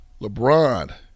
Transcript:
LeBron